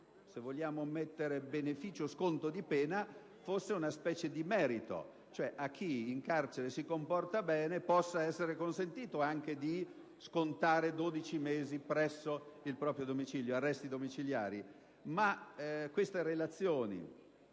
vorremmo che questo beneficio-sconto di pena fosse una specie di merito, cioè che a chi in carcere si comporta bene possa essere consentito anche di scontare 12 mesi presso il proprio domicilio, agli arresti domiciliari. Ma queste relazioni